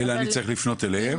אלא אני צריך לפנות אליהם,